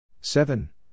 seven